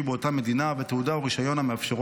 באותה מדינה ותעודה או רישיון המאפשרים